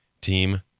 team